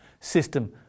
system